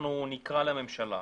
שאנחנו נקרא לממשלה,